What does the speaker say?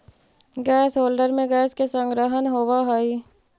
gas holder में gas के संग्रहण होवऽ हई